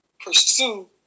pursue